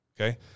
Okay